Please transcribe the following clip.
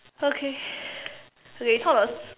okay okay talk about